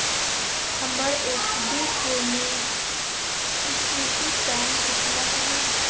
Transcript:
हमर एफ.डी के maturity time कितना है?